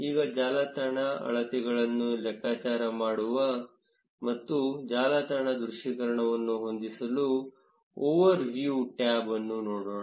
ಈಗ ಜಾಲತಾಣ ಅಳತೆಗಳನ್ನು ಲೆಕ್ಕಾಚಾರ ಮಾಡಲು ಮತ್ತು ಜಾಲತಾಣ ದೃಶ್ಯೀಕರಣವನ್ನು ಹೊಂದಿಸಲು ಓವರ್ ವ್ಯೂ ಟ್ಯಾಬ್ ಅನ್ನು ನೋಡೋಣ